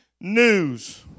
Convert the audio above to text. news